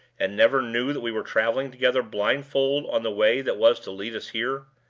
and never knew that we were traveling together blindfold on the way that was to lead us here?